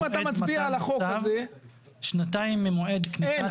אם אתה מצביע על החוק הזה --- שנתיים ממועד כניסת הצו לתוקף.